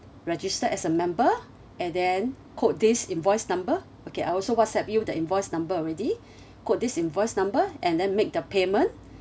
register as a member and then quote this invoice number okay I also whatsapp you the invoice number already quote this invoice number and then make the payment